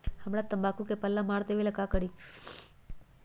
हमरा तंबाकू में पल्ला मार देलक ये ला का करी?